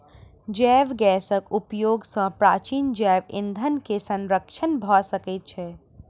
जैव गैसक उपयोग सॅ प्राचीन जैव ईंधन के संरक्षण भ सकै छै